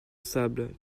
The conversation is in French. stables